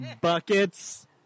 Buckets